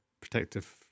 protective